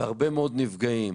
והרבה מאוד נפגעים.